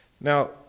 Now